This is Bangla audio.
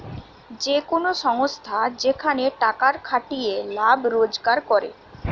যে কোন সংস্থা যেখানে টাকার খাটিয়ে লাভ রোজগার করে